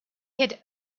had